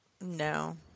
no